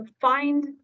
find